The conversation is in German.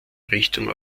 richtung